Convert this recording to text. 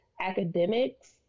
academics